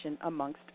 amongst